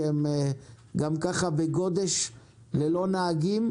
שהם ככה בגודש ללא נהגים,